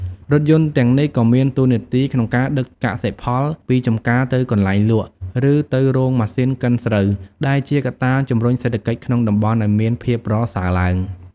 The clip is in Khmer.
រថយន្តទាំងនេះក៏មានតួនាទីក្នុងការដឹកកសិផលពីចម្ការទៅកន្លែងលក់ ឬទៅរោងម៉ាស៊ីនកិនស្រូវ ដែលជាកត្តាជំរុញសេដ្ឋកិច្ចក្នុងតំបន់ឱ្យមានភាពប្រសើរឡើង។